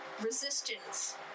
resistance